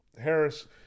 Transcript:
Harris